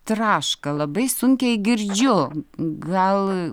traška labai sunkiai girdžiu gal